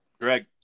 Greg